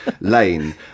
lane